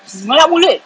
banyak mulut